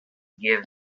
give